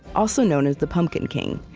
also known as the pumpkin king,